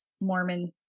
Mormon